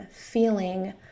feeling